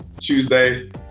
Tuesday